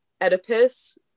Oedipus